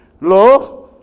Lo